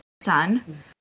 son